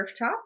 Grifftop